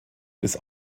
des